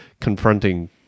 confronting